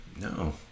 no